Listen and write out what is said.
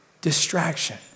distraction